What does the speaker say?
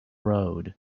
road